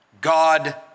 God